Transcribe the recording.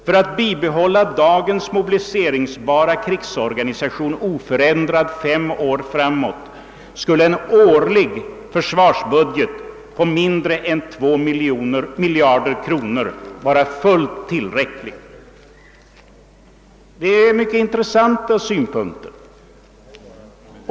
För att bibehålla dagens mobiliseringsbara krigsorganisation oförändrad fem år framåt skulle en årlig försvarsbudget på mindre än 2 miljarder kronor vara fullt tillräcklig.» Det är mycket intressanta synpunkter.